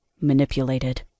manipulated